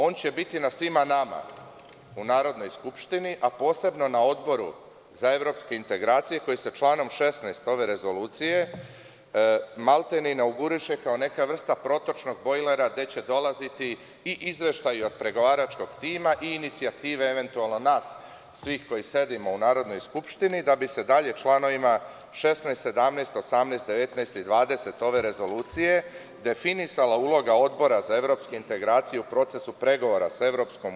On će biti na svima nama u Narodnoj skupštini, a posebno na Odboru za evropske integracije, koji se članom 16. ove rezolucije maltene inaoguriše kao neka vrsta protočnog bojlera gde će dolaziti i izveštaji od pregovaračkog tima i inicijative eventualno nas svih koji sedimo u Narodnoj skupštini da bi se dalje članovima 16, 17, 18, 19. i 20. ove rezolucije definisala uloga Odbora za evropske integracije u procesu pregovora sa EU.